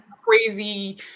crazy